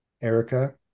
Erica